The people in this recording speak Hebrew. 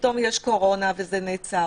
פתאום יש קורונה וזה נעצר.